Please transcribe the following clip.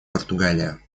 португалия